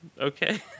Okay